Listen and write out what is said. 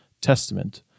Testament